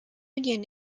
union